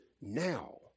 now